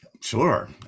Sure